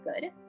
good